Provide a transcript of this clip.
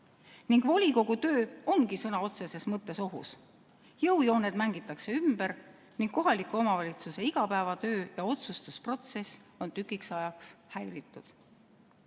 Ning volikogu töö ongi sõna otseses mõttes ohus. Jõujooned mängitakse ümber ning kohaliku omavalitsuse igapäevatöö ja otsustusprotsess on tükiks ajaks häiritud.